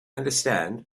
understand